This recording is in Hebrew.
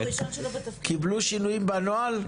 קיבלו שינויים בנוהל?